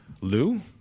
Lou